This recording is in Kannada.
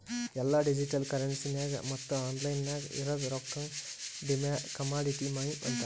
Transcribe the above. ಎಲ್ಲಾ ಡಿಜಿಟಲ್ ಕರೆನ್ಸಿಗ ಮತ್ತ ಆನ್ಲೈನ್ ನಾಗ್ ಇರದ್ ರೊಕ್ಕಾಗ ಕಮಾಡಿಟಿ ಮನಿ ಅಂತಾರ್